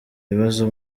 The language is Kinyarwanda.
ibibazo